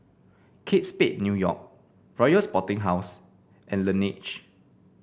Kate Spade New York Royal Sporting House and Laneige